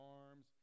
arms